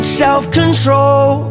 self-control